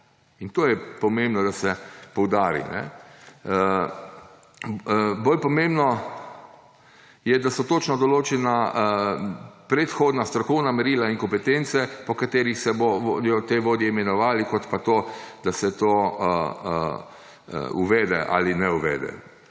in to je pomembno, da se poudari. Bolj pomembno je, da so točno določena predhodna strokovna merila in kompetence, po katerih se bodo vodje imenovale, kot pa to, da se to uvede ali ne uvede.